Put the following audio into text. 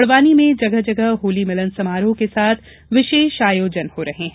बड़वानी में जगह जगह होली मिलन समारोह के साथ विशेष आयोजन हो रहे हैं